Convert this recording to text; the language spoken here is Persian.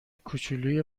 کوچلوی